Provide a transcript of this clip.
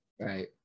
Right